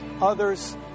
others